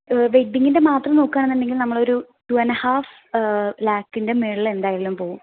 വെഡ്ഡിങ്ങിൻ്റെ മാത്രം നോക്കുവാണെന്നുണ്ടെങ്കിൽ നമ്മളൊരു ടു ആൻഡ് എ ഹാഫ് ലാക്കിൻ്റെ മുകളിൽ എന്തായാലും പോകും